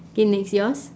okay next yours